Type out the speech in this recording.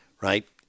right